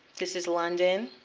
this is london.